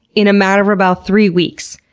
in a matter of about three weeks.